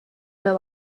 her